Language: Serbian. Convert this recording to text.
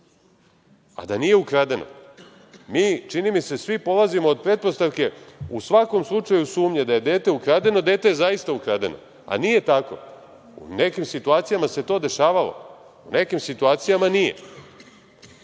a da nije ukradeno. Mi čini mi se polazimo od pretpostavke, u svakom slučaju sumnje da je dete ukradeno, dete je zaista ukradeno, a nije tako, u nekim situacijama se to dešavalo, a u nekim nije. Ono